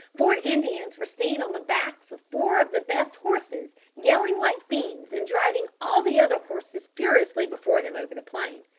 four indians were seen on the backs of four of the best horses, yelling like fiends, and driving all the other horses furiously before them over the plain.